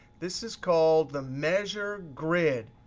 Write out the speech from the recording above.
this is called the measure grid.